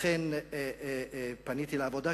לכן פניתי לעבודה,